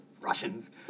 russians